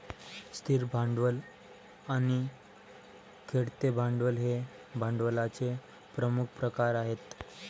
स्थिर भांडवल आणि खेळते भांडवल हे भांडवलाचे प्रमुख प्रकार आहेत